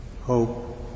hope